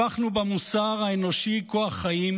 הפחנו במוסר האנושי כוח חיים,